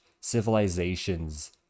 civilizations